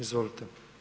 Izvolite.